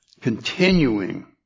continuing